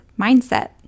mindset